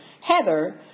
Heather